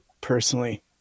personally